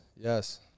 Yes